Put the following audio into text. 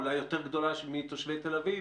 אולי יותר גדולה מתושבים תל אביב,